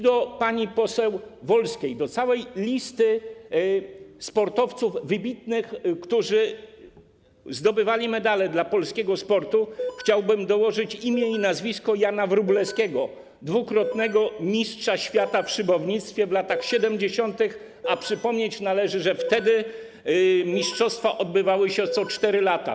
Do pani poseł Wolskiej, do całej listy wybitnych sportowców, którzy zdobywali medale dla polskiego sportu, chciałbym dołożyć imię i nazwisko Jana Wróblewskiego, dwukrotnego mistrza świata w szybownictwie w latach 70., a przypomnieć należy, że wtedy mistrzostwa odbywały się co 4 lata.